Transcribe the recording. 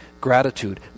Gratitude